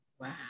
Wow